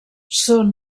són